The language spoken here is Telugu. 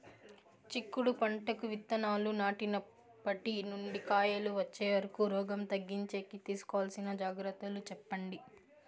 చిక్కుడు పంటకు విత్తనాలు నాటినప్పటి నుండి కాయలు వచ్చే వరకు రోగం తగ్గించేకి తీసుకోవాల్సిన జాగ్రత్తలు చెప్పండి?